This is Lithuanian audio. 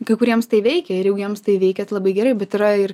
kai kuriems tai veikia ir jeigu jiems tai veikia labai gerai bet yra ir